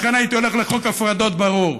לכן הייתי הולך לחוק הפרדות ברור: